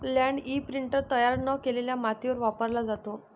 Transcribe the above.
land imprinter तयार न केलेल्या मातीवर वापरला जातो